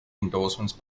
endorsements